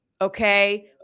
Okay